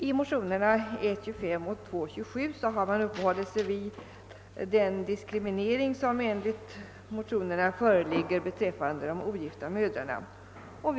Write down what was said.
I motionerna I: 25 och II: 27 har man uppehållit sig vid den diskriminering av de ogifta mödrarna som enligt motionärerna föreligger.